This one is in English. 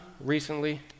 recently